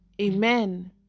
Amen